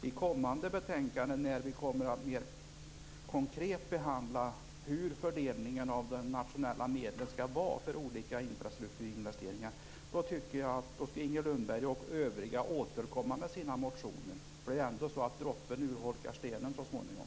I kommande betänkanden, där vi mer konkret behandlar fördelningen av de nationella medlen för olika infrastrukturinvesteringar, tycker jag att Inger Lundberg och övriga skall återkomma med sina motioner. Det är ändå så att droppen urholkar stenen så småningom.